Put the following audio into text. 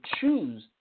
choose